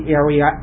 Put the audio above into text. area